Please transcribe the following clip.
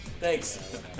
Thanks